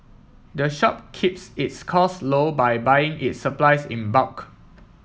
the shop keeps its costs low by buying its supplies in bulk